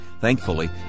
Thankfully